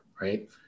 Right